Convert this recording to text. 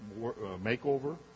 makeover